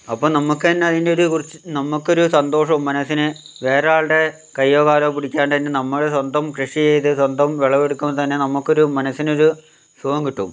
അപ്പം നമുക്ക് തന്നെ അതിൻ്റെരു കുറച്ച് നമുക്ക് ഒരു സന്തോഷവും മനസിന് വേറൊരാളുടെ കയ്യോ കാലോ പിടിക്കാണ്ട് തന്നെ നമ്മള് സ്വന്തം കൃഷി ചെയ്ത് സ്വന്തം വിളവെടുക്കുമ്പോൾ തന്നെ നമ്മക്കൊരു മനസ്സിനൊരു സുഖം കിട്ടും